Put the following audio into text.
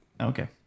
Okay